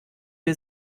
wir